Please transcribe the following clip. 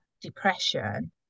depression